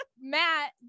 Matt